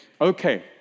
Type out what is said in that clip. okay